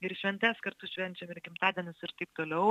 ir šventes kartu švenčia gimtadienius ir taip toliau